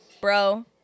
bro